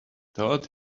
taught